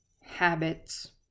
habits